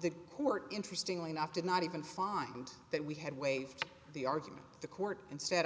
the court interestingly enough did not even find that we had waived the argument the court instead